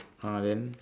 ah then